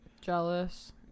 jealous